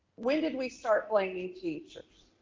when did we start blaming teachers?